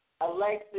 Alexis